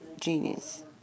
genius